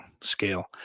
scale